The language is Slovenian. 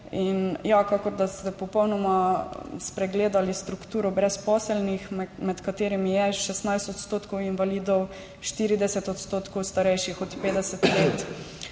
ovire. Kakor da ste popolnoma spregledali strukturo brezposelnih, med katerimi je 16 % invalidov, 40 % starejših od 50 let